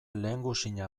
lehengusina